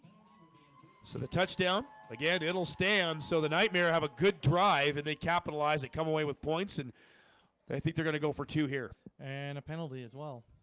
so the touchdown again it'll stand so the nightmare have a good drive and they capitalize it come away with points and i think they're gonna go for two here and a penalty as well.